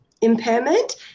impairment